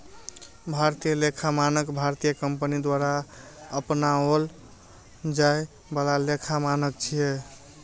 भारतीय लेखा मानक भारतीय कंपनी द्वारा अपनाओल जाए बला लेखा मानक छियै